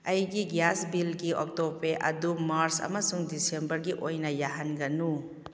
ꯑꯩꯒꯤ ꯒ꯭ꯌꯥꯁ ꯕꯤꯜꯒꯤ ꯑꯣꯛꯇꯣꯄꯦ ꯑꯗꯨ ꯃꯥꯔꯁ ꯑꯃꯁꯨꯡ ꯗꯤꯁꯦꯝꯕꯔꯒꯤ ꯑꯣꯏꯅ ꯌꯥꯍꯟꯒꯅꯨ